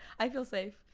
i feel safe.